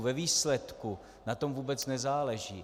Ve výsledku na tom vůbec nezáleží.